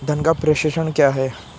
धन का प्रेषण क्या है?